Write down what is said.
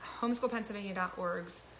homeschoolpennsylvania.org's